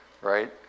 Right